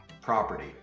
property